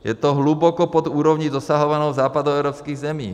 Je to hluboko pod úrovní dosahovanou v západoevropských zemích.